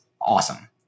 awesome